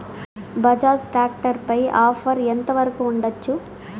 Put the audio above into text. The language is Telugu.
బజాజ్ టాక్టర్ పై ఆఫర్ ఎంత వరకు ఉండచ్చు?